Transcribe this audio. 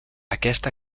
aquest